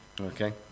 Okay